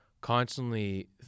constantly